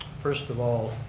first of all